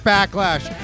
Backlash